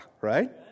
right